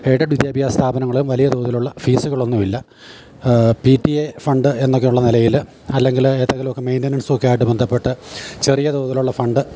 aided വിദ്യാഭ്യാസ സ്ഥാപനങ്ങളും വലിയ തോതിൽ ഉള്ള ഫീസ്കളൊന്നുമില്ല പീ റ്റി എ ഫണ്ട് എന്നൊക്കെ ഉള്ള നിലയിൽ അല്ലെങ്കിൽ ഏതെങ്കിലും ഒക്കെ മെയിൻറ്റനൻസൊക്കെ ആയിട്ട് ബന്ധപ്പെട്ട് ചെറിയ തോതിൽ ഉള്ള ഫണ്ട്